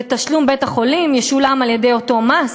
ותשלום בית-החולים ישולם על-ידי אותו מס.